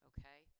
Okay